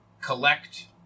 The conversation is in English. collect